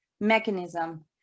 mechanism